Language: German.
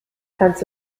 kannst